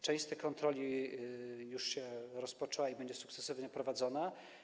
Część z tych kontroli już się rozpoczęła i będzie sukcesywnie prowadzona.